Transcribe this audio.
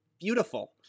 beautiful